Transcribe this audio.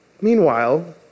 Meanwhile